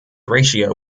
ratio